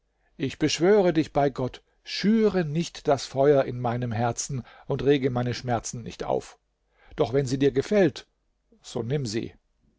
ich beschwöre dich bei gott schüre nicht das feuer in meinem herzen und rege meine schmerzen nicht auf doch wenn sie dir gefällt so nimm sie